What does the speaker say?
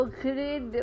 great